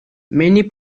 many